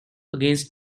against